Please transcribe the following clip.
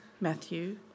Matthew